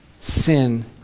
sin